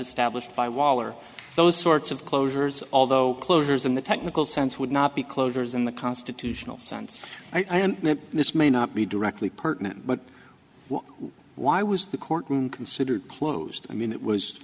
established by waller those sorts of closures although closures in the technical sense would not be closures in the constitutional sense i am that this may not be directly pertinent but why was the courtroom considered closed i mean it was